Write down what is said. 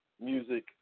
music